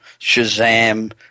Shazam